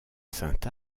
sainte